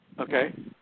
Okay